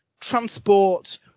Transport